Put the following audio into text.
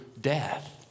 death